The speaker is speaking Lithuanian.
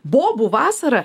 bobų vasara